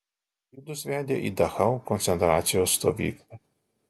žydus vedė į dachau koncentracijos stovyklą